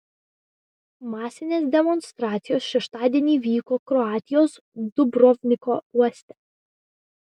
masinės demonstracijos šeštadienį vyko kroatijos dubrovniko uoste